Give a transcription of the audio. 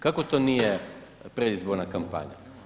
Kako to nije predizborna kampanja?